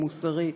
מוסרי,